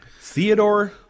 Theodore